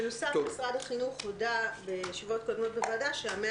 בנוסף משרד החינוך הודה בישיבות קודמות בוועדה ש-100